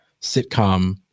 sitcom